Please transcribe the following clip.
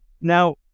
now